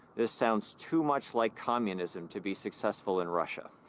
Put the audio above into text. this sounds to much like communism to be successful in russia.